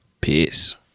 Peace